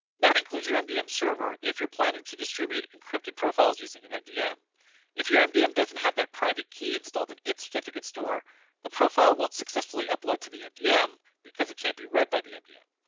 that includes your mdm server if you're planning to distribute encrypted profiles using mdm if your mdm doesn't have that private key installed in its certificate store the profile won't successfully upload to the mdm because it can't be read by. the mdf.